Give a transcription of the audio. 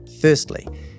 Firstly